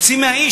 מוצאים מי האיש,